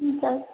sir